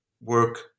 work